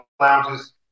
lounges